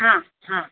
हा हा